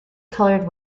coloured